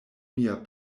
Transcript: mia